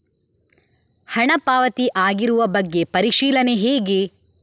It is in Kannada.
ಹಣ ಪಾವತಿ ಆಗಿರುವ ಬಗ್ಗೆ ಪರಿಶೀಲನೆ ಹೇಗೆ?